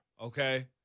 okay